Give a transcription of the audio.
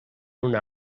una